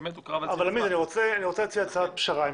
אני רוצה להציע הצעת פשרה.